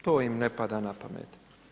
To im ne pada na pamet.